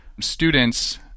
students